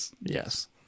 Yes